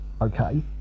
okay